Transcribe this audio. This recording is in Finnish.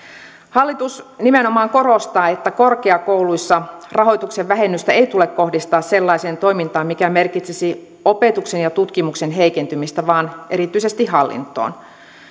hallitus nimenomaan korostaa että korkeakouluissa rahoituksen vähennystä ei tule kohdistaa sellaiseen toimintaan mikä merkitsisi opetuksen ja tutkimuksen heikentymistä vaan erityisesti hallintoon